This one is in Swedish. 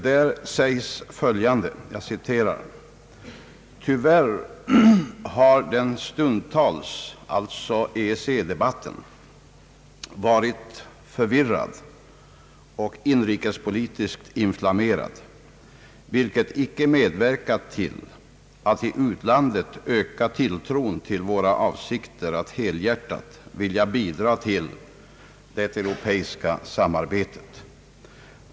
Där sägs föl jande: »Tyvärr har den stundtals» — alltså EEC-debatten — »varit förvirrad och inrikespolitiskt inflammerad, vilket icke medverkat till att i utlandet öka tilltron till våra avsikter att helhjärtat vilja bidra till det europeiska samarbetet.